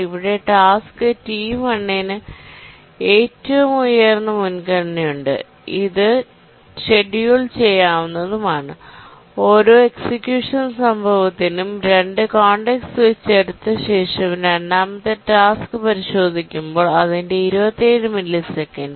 ഇവിടെ task T1 ന് ഏറ്റവും ഉയർന്ന മുൻഗണനയുണ്ട് അത് ഷെഡ്യൂൾ ചെയ്യാവുന്നതുമാണ് ഓരോ എക്സിക്യൂഷൻ സംഭവത്തിനും 2 കോൺടെക്സ്റ്റ് സ്വിച്ച് എടുത്ത ശേഷം രണ്ടാമത്തെ ടാസ്ക് പരിശോധിക്കുമ്പോൾ അതിന്റെ 27 മില്ലിസെക്കൻഡ്